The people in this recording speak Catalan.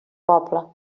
pobla